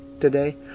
today